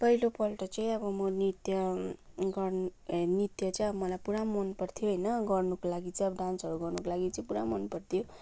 पहिलोपल्ट चाहिँ अब म नृत्य गर्न ए नृत्य चाहिँ अब मलाई पुरा मन पर्थ्यो होइन गर्नुको लागि चाहिँ अब डान्सहरू गर्नुको लागि चाहिँ अब मलाई पुरा मन पर्थ्यो